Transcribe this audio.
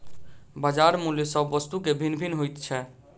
बजार मूल्य सभ वस्तु के भिन्न भिन्न होइत छै